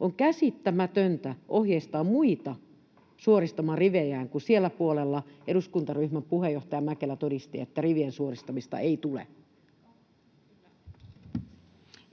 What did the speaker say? On käsittämätöntä ohjeistaa muita suoristamaan rivejään, kun siellä puolella eduskuntaryhmän puheenjohtaja Mäkelä todisti, että rivien suoristamista ei tule.